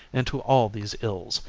into all these ills,